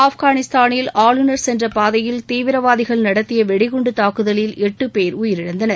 ஆப்கானிஸ்தானில் ஆளுநர் சென்ற பாதையில் தீவிரவாரதிகள் நடத்திய வெடிகுண்டு தாக்குதலில் எட்டுபேர் உயிரிழந்தனர்